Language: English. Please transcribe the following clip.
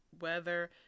weather